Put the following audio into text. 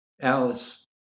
Alice